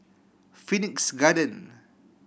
Phoenix Garden